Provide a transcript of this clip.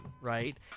right